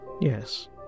Yes